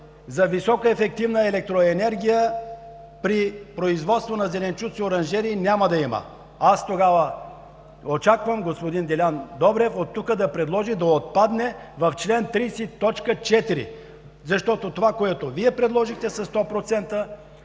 за високоефективна електроенергия при производство на зеленчуци в оранжерии няма да има. Аз тогава очаквам господин Делян Добрев от тук да предложи да отпадне в чл. 30 т. 4. Защото това, което Вие предложихте със 100%,